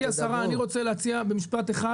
גברתי השרה, אני רוצה להציע במשפט אחד